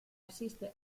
asiste